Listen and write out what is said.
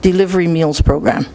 delivery meals program